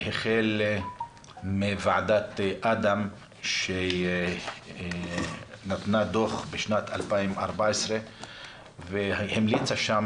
החל מוועדת אדם שנתנה דוח בשנת 2014 והמליצה שם